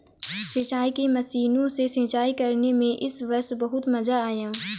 सिंचाई की मशीनों से सिंचाई करने में इस वर्ष बहुत मजा आया